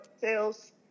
sales